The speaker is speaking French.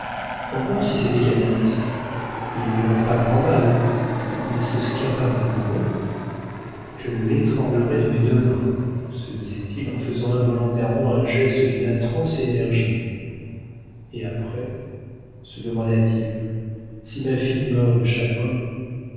encore si c'était canalis il n'y aurait pas grand mal mais ce scapin d'amoureux je l'étranglerai de mes deux mains se disait-il en faisant involontairement un geste d'une atroce énergie et après se demanda-t-il si ma fille meurt de chagrin